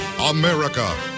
America